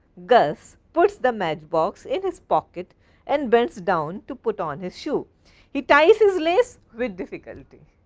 gus puts the match box in his pocket and bends down to put on his shoe he ties his lace with difficulty.